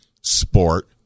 sport